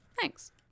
Thanks